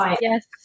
Yes